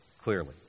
clearly